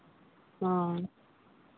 ᱦᱳᱭ